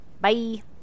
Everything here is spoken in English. Bye